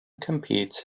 competes